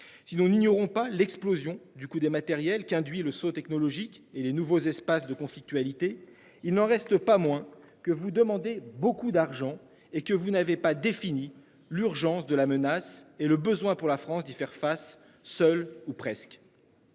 Si nous n'ignorons pas l'explosion du coût des matériels qu'induit le saut technologique et les nouveaux espaces de conflictualité. Il n'en reste pas moins que vous demandez beaucoup d'argent et que vous n'avez pas défini l'urgence de la menace et le besoin pour la France d'y faire face seul ou presque.